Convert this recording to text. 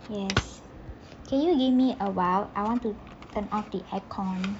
yes can you give me awhile I want turn off the aircon